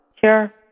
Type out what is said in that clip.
Sure